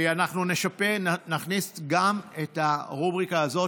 אנחנו נשפר ונכניס גם את הרובריקה הזאת,